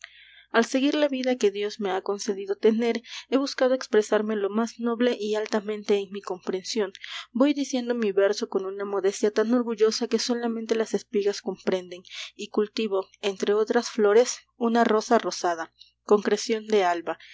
al seguir la vida que dios me ha concedido tener he buscado expresarme lo más noble y altamente en mi comprensión voy diciendo mi verso con una modestia tan orgullosa que solamente las espigas comprenden y cultivo entre otras flores una rosa rosada concreción de alba